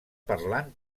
parlant